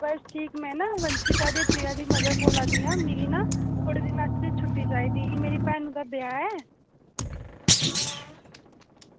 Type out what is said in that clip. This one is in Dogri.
में ना वंशिका ते प्रिया दी मदर बोल्ला नी आं मिगी ना थोह्ड़े दिनें आस्तै छुट्टी चाहिदी ही मेरी भैन दा ना ब्याह् ऐ